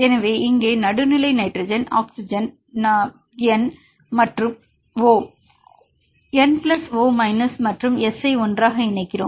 எனவே இங்கே நடுநிலை நைட்ரஜன் மற்றும் ஆக்ஸிஜன் நாம் N மற்றும் O மற்றும் N பிளஸ் O மைனஸ் மற்றும் S ஐ ஒன்றாக இணைக்கிறோம்